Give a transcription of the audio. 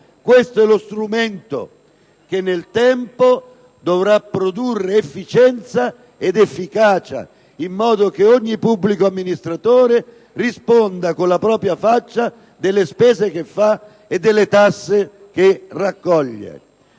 Questo è lo strumento che, nel tempo, dovrà produrre efficienza ed efficacia, in modo che ogni pubblico amministratore risponda con la propria faccia delle spese che fa e delle tasse che raccoglie.